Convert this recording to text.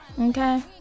Okay